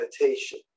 meditation